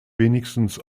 wenigstens